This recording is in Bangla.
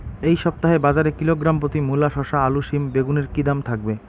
এই সপ্তাহে বাজারে কিলোগ্রাম প্রতি মূলা শসা আলু সিম বেগুনের কী দাম থাকবে?